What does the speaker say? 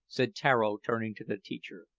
said tararo, turning to the teacher,